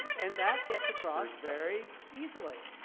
and that gets across very easily.